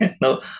No